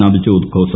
Navjot Khosa